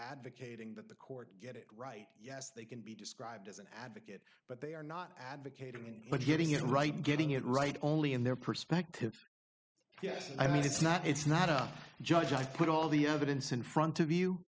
advocating that the court get it right yes they can be described as an advocate but they are not advocating but getting it right getting it right only in their perspective yes i mean it's not it's not a judge just put all the evidence in front of you